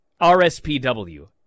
RSPW